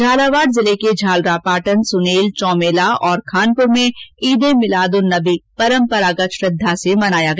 झालावाड़ जिले के झालरापाटन सुनेल चौमहला खानपुर में ईद ए मिलाद उन नबी परम्परागत श्रद्वा से मनाया गया